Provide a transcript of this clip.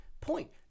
point